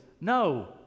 No